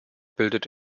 bildet